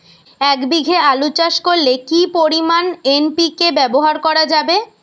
এক বিঘে আলু চাষ করলে কি পরিমাণ এন.পি.কে ব্যবহার করা যাবে?